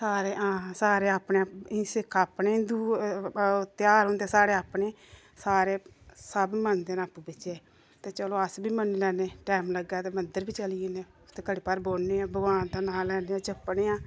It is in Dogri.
सारे हां सारे अपने सिक्ख अपने हिंदु ध्यार होंदे साढ़े अपने सारे सब मन्नदे न आपूं बिच्चें ते चलो अस बी मन्नी लैन्ने टाइम लग्गै तां मदंर बी चली जन्ने ते घड़ी भर बौहन्ने आं ते भगवान दा नांऽ लैन्ने जपने आं